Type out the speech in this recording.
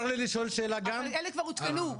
אלה כבר הותקנו.